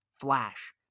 Flash